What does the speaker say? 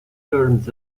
terms